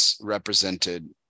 represented